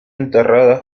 enterrada